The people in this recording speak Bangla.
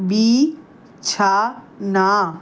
বিছানা